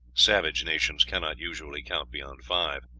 savage nations cannot usually count beyond five.